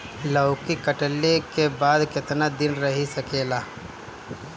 लौकी कटले के बाद केतना दिन रही सकेला?